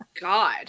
god